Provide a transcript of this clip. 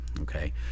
okay